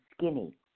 skinny